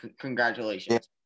congratulations